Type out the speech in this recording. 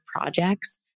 projects